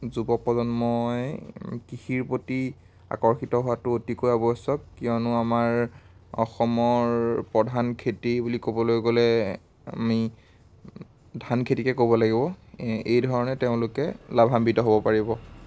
যুৱ প্ৰজন্মই কৃষিৰ প্ৰতি আকৰ্ষিত হোৱাটো অতিকৈ আৱশ্যক কিয়নো আমাৰ অসমৰ প্ৰধান খেতি বুলি ক'বলৈ গ'লে আমি ধানখেতিকে ক'ব লাগিব এইধৰণে তেওঁলোকে লাভান্বিত হ'ব পাৰিব